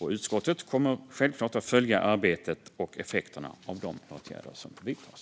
Utskottet kommer självklart att följa arbetet och effekterna av de åtgärder som vidtas.